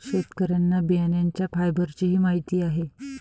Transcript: शेतकऱ्यांना बियाण्यांच्या फायबरचीही माहिती आहे